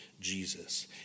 Jesus